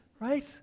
Right